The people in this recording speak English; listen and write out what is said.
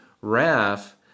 RAF